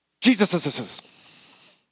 Jesus